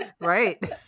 Right